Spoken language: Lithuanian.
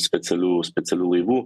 specialių specialių laivų